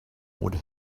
would